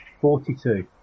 Forty-two